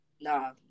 Nah